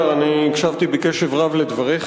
אדוני השר, אני הקשבתי בקשב רב לדבריך,